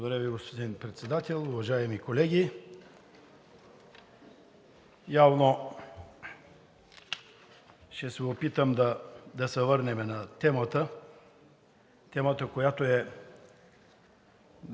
Благодаря Ви, господин Председател. Уважаеми колеги, ще се опитам да се върнем на темата, по която може